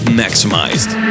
maximized